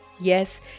Yes